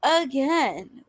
again